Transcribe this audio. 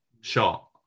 shot